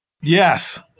Yes